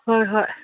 ꯍꯣꯏ ꯍꯣꯏ